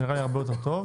זה נראה לי הרבה יותר טוב,